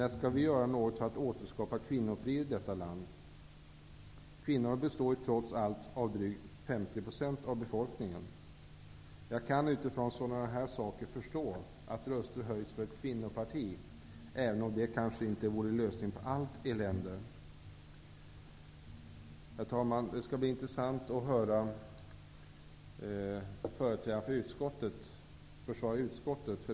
När skall vi göra något för att återskapa kvinnofrid i detta land? Kvinnorna utgör ju trots allt drygt 50 % av befolkningen. Jag kan utifrån sådana aspekter förstå att det höjs röster för ett kvinnoparti, även om det kanske inte vore lösningen på allt elände. Herr talman! Det skall bli intressant att höra utskottets företrädare försvara utskottsmajoriteten.